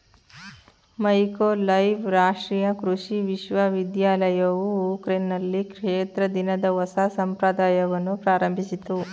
Mykolaiv ರಾಷ್ಟ್ರೀಯ ಕೃಷಿ ವಿಶ್ವವಿದ್ಯಾಲಯವು ಉಕ್ರೇನ್ನಲ್ಲಿ ಕ್ಷೇತ್ರ ದಿನದ ಹೊಸ ಸಂಪ್ರದಾಯವನ್ನು ಪ್ರಾರಂಭಿಸಿತು